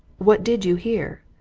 what did you hear?